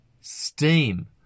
steam